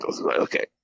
Okay